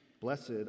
Blessed